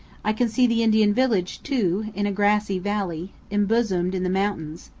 i can see the indian village, too, in a grassy valley, embosomed in the mountains,